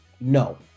No